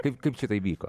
kaip kaip čia taip vyko